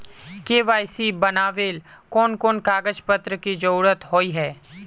KYC बनावेल कोन कोन कागज पत्र की जरूरत होय है?